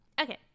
Okay